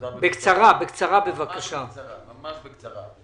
ממש בקצרה.